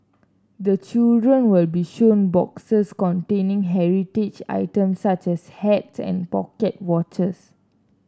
the children will be shown boxes containing heritage items such as hats and pocket watches